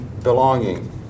Belonging